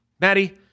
Maddie